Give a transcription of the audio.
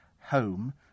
home